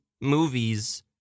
movies